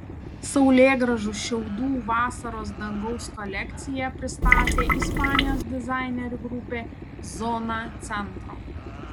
saulėgrąžų šiaudų vasaros dangaus kolekciją pristatė ispanijos dizainerių grupė zona centro